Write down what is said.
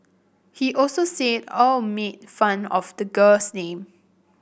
he also said Au made fun of the girl's name